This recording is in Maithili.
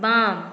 बाम